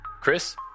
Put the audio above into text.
chris